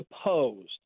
opposed